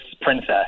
Princess